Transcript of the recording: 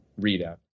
readout